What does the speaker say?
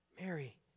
Mary